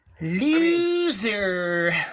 Loser